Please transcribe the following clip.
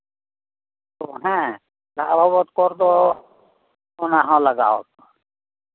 ᱦᱮᱸ ᱠᱚᱨ ᱫᱚ ᱚᱱᱟᱦᱚᱸ ᱞᱟᱜᱟᱣ ᱠᱚᱣᱟ